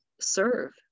serve